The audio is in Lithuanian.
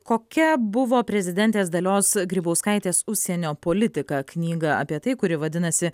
kokia buvo prezidentės dalios grybauskaitės užsienio politika knygą apie tai kuri vadinasi